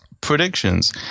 predictions